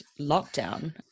lockdown